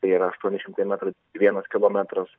tai yra aštuoni šimtai metrų vienas kilometras